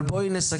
אבל בואי נסכם,